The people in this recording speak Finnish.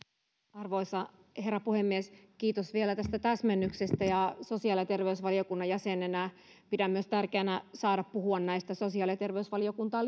arvoisa herra puhemies kiitos vielä tästä täsmennyksestä sosiaali ja terveysvaliokunnan jäsenenä pidän myös tärkeänä saada puhua näistä sosiaali ja terveysvaliokuntaan